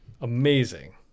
amazing